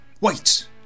Wait